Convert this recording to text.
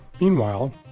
Meanwhile